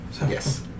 Yes